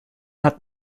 hat